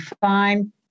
fine